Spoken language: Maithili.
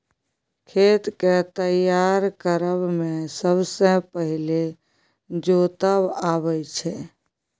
खेत केँ तैयार करब मे सबसँ पहिने जोतब अबै छै